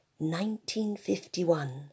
1951